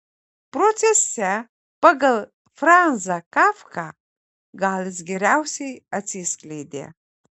procese pagal franzą kafką gal jis geriausiai atsiskleidė